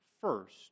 first